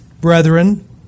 brethren